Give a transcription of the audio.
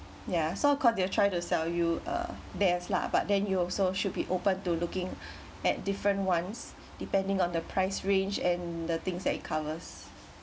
ya so cause they are trying to sell you uh theirs lah but then you also should be open to looking at different ones depending on the price range and the things that it covers